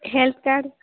health card